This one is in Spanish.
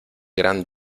gran